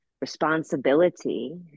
responsibility